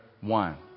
one